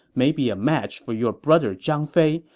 may be a match for your brother zhang fei,